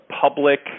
public –